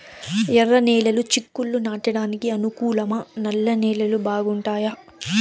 ఎర్రనేలలు చిక్కుళ్లు నాటడానికి అనుకూలమా నల్ల నేలలు బాగుంటాయా